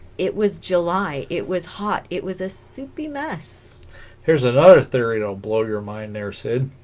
it was july it was hot it was a soupy mess there's another theory don't blow your mind there sid